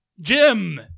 Jim